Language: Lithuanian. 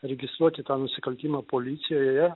registruoti tą nusikaltimą policijoje